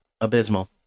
Abysmal